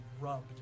rubbed